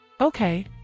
Okay